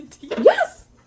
Yes